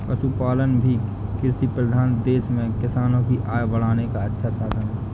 पशुपालन भी कृषिप्रधान देश में किसानों की आय बढ़ाने का अच्छा साधन है